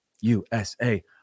USA